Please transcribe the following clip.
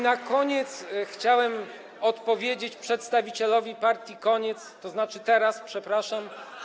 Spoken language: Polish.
Na koniec chciałem odpowiedzieć przedstawicielowi partii Koniec, tzn. Teraz, przepraszam.